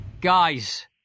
Guys